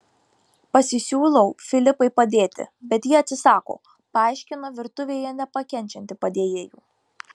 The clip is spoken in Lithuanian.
pasisiūlau filipai padėti bet ji atsisako paaiškina virtuvėje nepakenčianti padėjėjų